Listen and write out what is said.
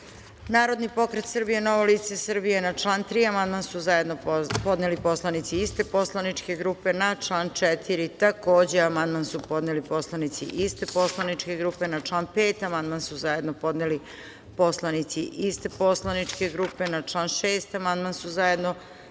Narodni pokret Srbije – Novo lice Srbije. Na član 4. amandman su zajedno podneli poslanici iste poslaničke grupe. Na član 5. amandman su zajedno podneli poslanici iste poslaničke grupe. Na član 6. amandman su zajedno podneli poslanici iste poslaničke grupe. Na član 7. amandman su zajedno